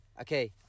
Okay